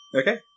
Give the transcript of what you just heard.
Okay